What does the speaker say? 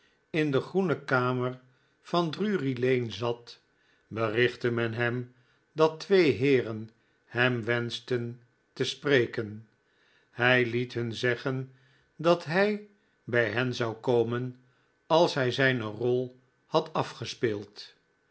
in de groene kamer van drury-lane zat berichtte men hem dat twee heerenhem wenschten te spreken hij liet nun zeggen dat hij bij hen zou komen als hi zijne rol had afgespeeld